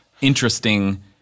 interesting